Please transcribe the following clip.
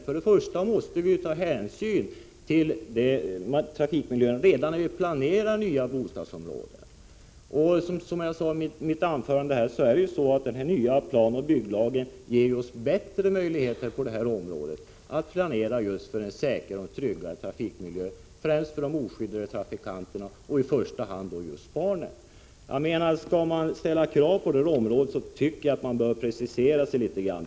Först och främst måste vi ta hänsyn till trafikmiljön redan när vi planerar nya bostadsområden. Som jag sade i mitt huvudanförande ger den nya planoch bygglagen bättre möjligheter att planera just för en säkrare och tryggare trafikmiljö, i synnerhet för de oskyddade trafikanterna och då i första hand barnen. Jag tycker att om man skall ställa krav på det här området så bör man precisera sig litet grand.